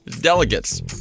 delegates